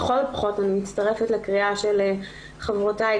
אני מצטרפת לקריאה של חברותיי,